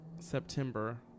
September